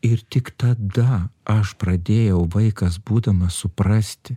ir tik tada aš pradėjau vaikas būdamas suprasti